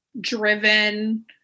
driven